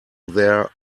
their